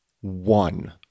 one